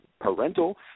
parental